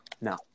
No